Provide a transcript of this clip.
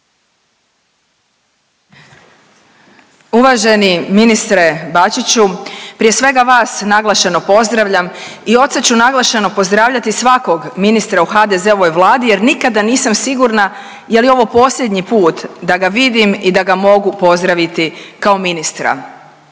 Uvaženi ministre Bačiću, prije svega vas naglašeno pozdravljam i od sad ću naglašeno pozdravljati svakog ministra u HDZ-ovoj Vladi jer nikada nisam sigurna je li ovo posljednji put da ga vidim i da ga mogu pozdraviti kao ministra.